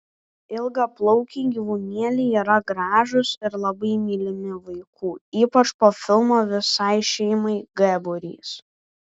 ilgaplaukiai gyvūnėliai yra gražūs ir labai mylimi vaikų ypač po filmo visai šeimai g būrys